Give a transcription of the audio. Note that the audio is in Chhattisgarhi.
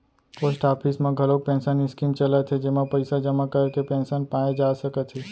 पोस्ट ऑफिस म घलोक पेंसन स्कीम चलत हे जेमा पइसा जमा करके पेंसन पाए जा सकत हे